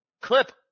clip